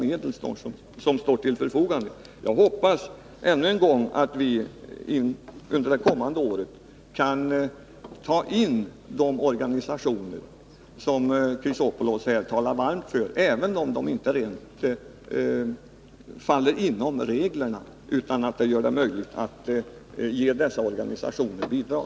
Jag vill ännu en gång säga att jag hoppas att vi under det kommande året skall kunna ta med de organisationer som Alexander Chrisopoulos talar varmt för, även om de inte faller inom ramen för vad som gäller enligt reglerna, så att det blir möjligt att ge också dessa organisationer bidrag.